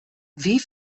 wie